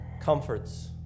comforts